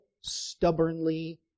stubbornly